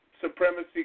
Supremacy